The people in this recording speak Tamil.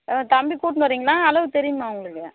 தம்பி கூட்டின்னு வரீங்களா அளவு தெரியுமா உங்களுக்கு